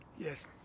Yes